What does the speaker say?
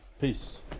Peace